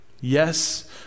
Yes